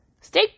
Stay